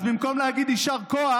אז במקום להגיד יישר כוח,